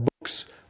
books